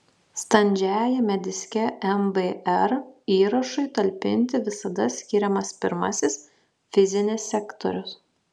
standžiajame diske mbr įrašui talpinti visada skiriamas pirmasis fizinis sektorius